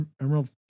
Emerald